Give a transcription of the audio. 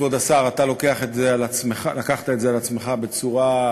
כבוד השר, לקחת את זה על עצמך בצורה,